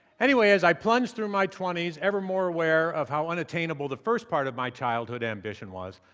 anyway, as i plunged through my twenty s ever more aware of how unobtainable the first part of my childhood ambition was,